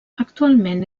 actualment